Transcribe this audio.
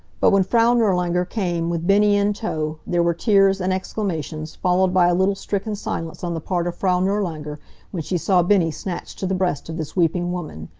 but when frau nirlanger came, with bennie in tow, there were tears, and exclamations, followed by a little stricken silence on the part of frau nirlanger when she saw bennie snatched to the breast of this weeping woman.